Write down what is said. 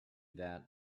that